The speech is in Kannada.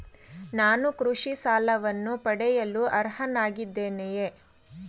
ನಾನು ಕೃಷಿ ಸಾಲವನ್ನು ಪಡೆಯಲು ಅರ್ಹನಾಗಿದ್ದೇನೆಯೇ?